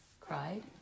cried